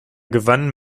gewann